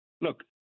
look